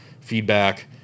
feedback